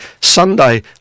Sunday